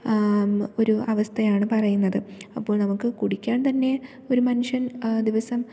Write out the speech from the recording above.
ഒരു അവസ്ഥ പറയുന്നത് പറയുന്നത് അപ്പോൾ നമുക്ക് കുടിക്കാൻ തന്നെ ഒരു മനുഷ്യൻ ദിവസം